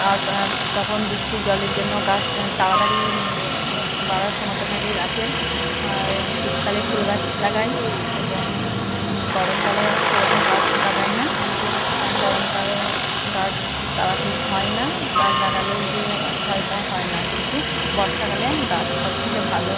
আর তখন বৃষ্টির জলের জন্য গাছটা তাড়াতাড়ি বাড়ার ক্ষমতা থাকে গাছের আর শীতকালে ফুল গাছ লাগাই এবং গরমকালে সেরকম গাছ লাগাই না কারণ গরমকালে গাছ খুব তাড়াতাড়ি হয় না গাছ লাগালেও যে হয় তা হয় না কিন্তু বর্ষাকালে গাছ সব থেকে ভালো